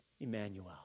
Emmanuel